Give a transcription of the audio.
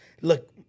Look